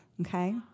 okay